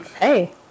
Hey